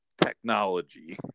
technology